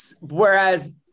Whereas